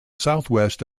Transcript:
southwest